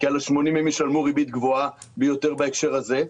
כי על ה-80 הם ישלמו ריבית גבוהה ביותר בהקשר הזה.